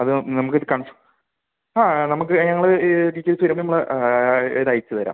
അത് നമുക്കൊരു കൺഫ് ആ നമുക്ക് ഞങ്ങൾ ഈ ഡീറ്റെയിൽസ് തരുമ്പോൾ ഇത് അയച്ചുതരാം